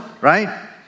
Right